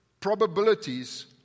probabilities